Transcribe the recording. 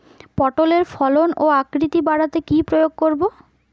পটলের ফলন ও আকৃতি বাড়াতে কি প্রয়োগ করব?